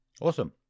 awesome